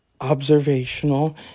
observational